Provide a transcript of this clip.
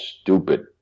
stupid